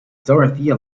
dorothea